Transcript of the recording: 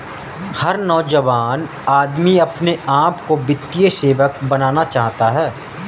हर नौजवान आदमी अपने आप को वित्तीय सेवक बनाना चाहता है